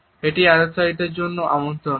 এটি আলাপচারিতার জন্য একটি আমন্ত্রণও